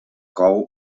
cou